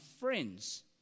friends